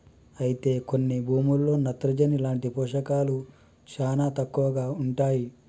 అయితే కొన్ని భూముల్లో నత్రజని లాంటి పోషకాలు శానా తక్కువగా ఉంటాయి